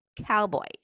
Cowboys